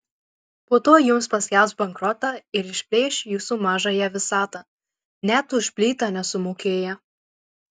po to jums paskelbs bankrotą ir išplėš jūsų mažąją visatą net už plytą nesumokėję